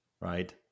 right